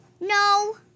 No